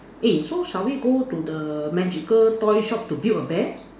eh so shall we go to the magical toy shop to build a bear